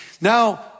Now